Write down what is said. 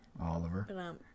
Oliver